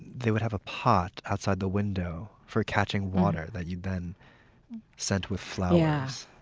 they would have a pot outside the window for catching water that you then scent with flowers